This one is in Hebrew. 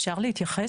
אפשר להתייחס?